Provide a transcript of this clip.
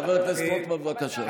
חבר הכנסת רוטמן, בבקשה.